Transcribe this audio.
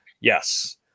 Yes